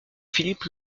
philippe